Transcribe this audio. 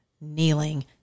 kneeling